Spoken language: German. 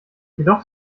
jedoch